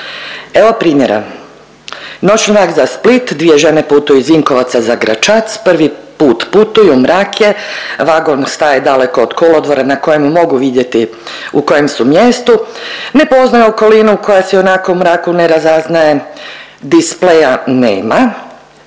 Evo primjera, noćni vlak za Split, dvije žene putuju iz Vinkovaca za Gračac, prvi put putuju, mrak je, vagon staje daleko od kolodvora na kojem mogu vidjeti u kojem su mjestu, ne poznaju okolinu koja se ionako u mraku ne razaznaje, displeja nema,